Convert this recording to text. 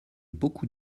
beaucoup